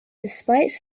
despite